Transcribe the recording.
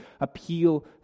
appeal